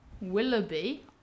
Willoughby